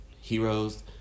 heroes